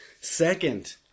Second